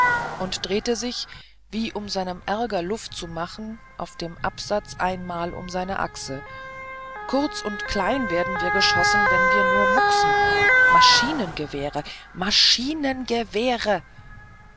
und drehte sich wie um seinem ärger luft zu machen auf dem absatz einmal um seine achse kurz und klein werden wir geschossen wenn wir nur mucksen maschinengewehre maschinengewehre